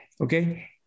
okay